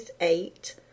eight